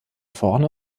vorne